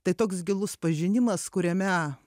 tai toks gilus pažinimas kuriame